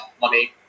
money